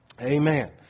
Amen